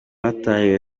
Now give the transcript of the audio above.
hatahiwe